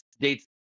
dates